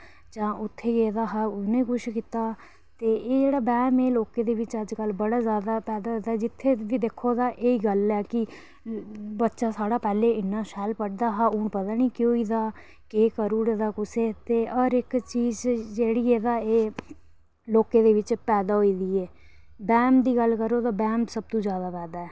जां उत्थै गेदा हा उ'नें किश कीता ते एह् जेह्ड़ा बैह्म ऐ एह् बड़ा जादा बधा दा ऐ लोकें बिच तां दिक्खो तां एह् गल्ल ऐ जी बच्चा साढ़ा पैह्लें इन्ना शैल पढ़दा हा हून पता निं केह् होई दा ऐ ते केह् करी ओड़दा कुसै हर इक्क चीज़ गी जेह्ड़ी ऐ तां एह् लोकें दे बिच पैदा होई दी ऐ ते बैह्म दी गल्ल करो तां एह् सब तू जादा बधदा ऐ